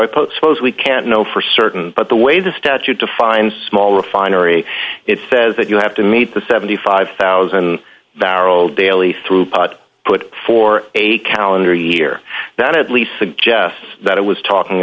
post suppose we can't know for certain but the way the statute to find small refinery it says that you have to meet the seventy five thousand barrel daily through put for a calendar year that at least suggests that it was talking